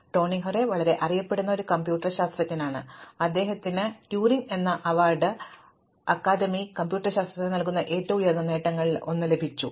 Tony Hoare വളരെ അറിയപ്പെടുന്ന ഒരു കമ്പ്യൂട്ടർ ശാസ്ത്രജ്ഞനാണ് അദ്ദേഹത്തിന് ട്യൂറിംഗ് എന്ന അവാർഡ് അക്കാദമിക് കമ്പ്യൂട്ടർ ശാസ്ത്രജ്ഞന് നൽകുന്ന ഏറ്റവും ഉയർന്ന നേട്ടങ്ങളിലൊന്ന് ലഭിച്ചു